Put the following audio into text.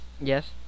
Yes